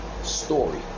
story